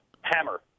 Hammer